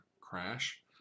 crash